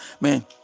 man